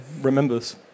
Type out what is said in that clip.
remembers